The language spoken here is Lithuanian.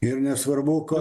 ir nesvarbu ką